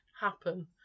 happen